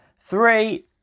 three